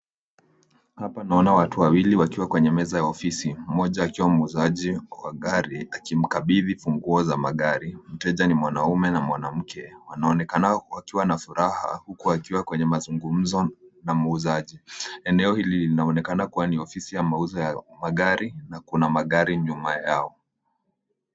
Hapa naona watu wawili wakiwa kwenye meza ya ofisi. Mmoja akiwa muuzaji wa gari akimkabidhi funguo za magari. Mteja ni mwanamume na mwanamke, wanaonekana wakiwa na furaha huku wakiwa kwenye mazungumzo na muuzaji. Eneo hili linaonekana kuwa ni ofisi ya mauzo ya magari na kuna magari nyuma yao.